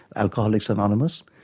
alcoholics anonymous.